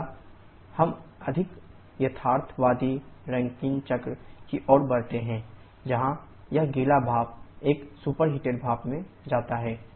अगला हम अधिक यथार्थवादी रैंकिन चक्र की ओर बढ़ते हैं जहां यह गीला भाप हम सुपरहीट भाप में जाते हैं